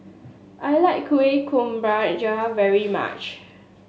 I like Kuih Kemboja very much